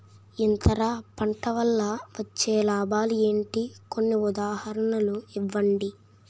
అంతర పంట వల్ల వచ్చే లాభాలు ఏంటి? కొన్ని ఉదాహరణలు ఇవ్వండి?